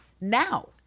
now